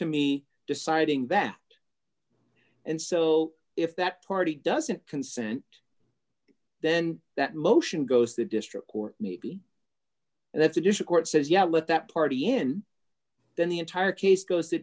to me deciding that and so if that party doesn't consent then that motion goes the district court maybe and that's additional court says yeah let that party in then the entire case goes to